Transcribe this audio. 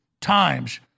times